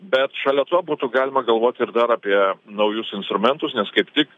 bet šalia to būtų galima galvot ir dar apie naujus instrumentus nes kaip tik